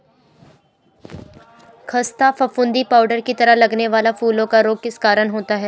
खस्ता फफूंदी पाउडर की तरह लगने वाला फूलों का रोग किस कारण होता है?